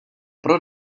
pro